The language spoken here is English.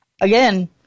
Again